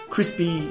Crispy